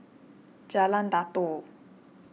Jalan Datoh